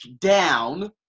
down